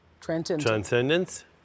transcendence